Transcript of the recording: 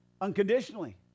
unconditionally